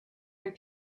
and